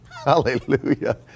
Hallelujah